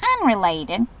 Unrelated